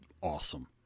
awesome